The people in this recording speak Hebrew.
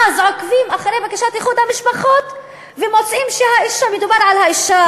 אז עוקבים אחרי בקשת איחוד המשפחות ומוצאים שמדובר על האישה השנייה.